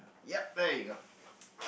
yep there you go